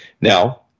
Now